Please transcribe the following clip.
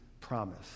promise